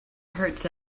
hurts